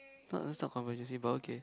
not that's not controversy but okay